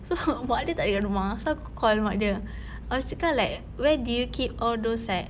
so mak dia tak ada kat rumah so aku call mak dia aku suka like where do you keep all those like